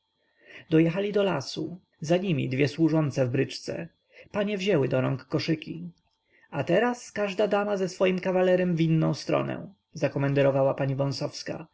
dojechali do lasu za nimi dwie służące w bryczce panie wzięły do rąk koszyki a teraz każda dama ze swoim kawalerem w inną stronę zakomenderowała pani